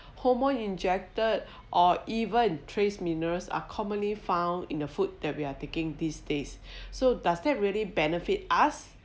hormone injected or even trace minerals are commonly found in the food that we are taking these days so does that really benefit us